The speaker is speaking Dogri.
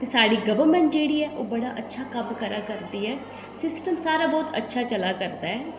ते साढ़ी गौरमेंट जेह्ड़ी ऐ ओह् बड़ा अच्छा कम्म करा करदी ऐ सिस्टम सारा बोह्त अच्छा चला करदा ऐ